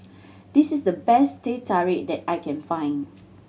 this is the best Teh Tarik that I can find